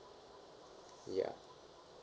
ya